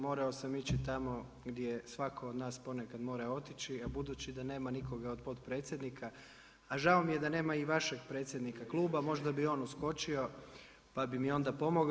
Morao sam ići tamo gdje svatko od nas ponekad mora otići, a budući da nema nikoga od potpredsjednika, a žao mi je da nema i vašeg predsjednika kluba, možda bi on uskočio pa bi onda pomogao.